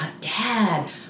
Dad